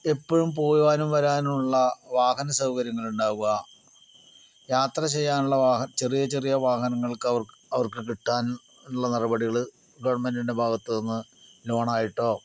എപ്പോഴും പോവാനും വരാനും ഉള്ള വാഹനസൗകര്യങ്ങളുണ്ടാവുക യാത്ര ചെയ്യാനുള്ള ചെറിയ ചെറിയ വാഹനങ്ങൾക്ക് അവർക്ക് കിട്ടാൻ ഉള്ള നടപടികൾ ഗവൺമെന്റിൻറെ ഭാഗത്ത് നിന്ന് ലോണായിട്ടോ